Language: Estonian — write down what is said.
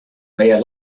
meie